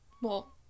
well-